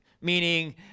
meaning